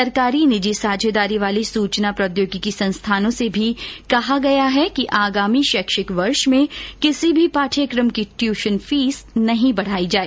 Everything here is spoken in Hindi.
सरकारी निजी साझेदारी वाले सूचना प्रौद्योगिकी संस्थानों से भी कहा गया है कि आगामी शैक्षिक वर्ष में किसी भी पाठ्यक्रम की ट्यूशन फीस नहीं बढ़ाई जाए